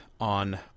on